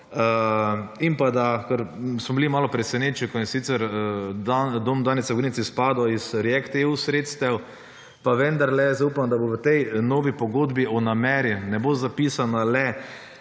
In pa da, ker smo bili malo presenečeni, ko je sicer dom Danice Vogrinec izpadel iz React EU sredstev, pa vendarle jaz upam, da bo tej novi pogodbi o nameri ne bo zapisan le